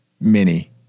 mini